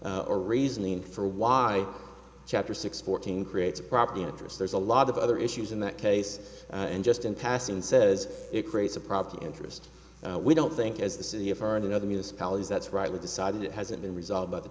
or reasoning for why chapter six fourteen creates a property interest there's a lot of other issues in that case and just in passing says it creates a problem interest we don't think as the city of our own and other municipalities that's right with decided it hasn't been resolved by the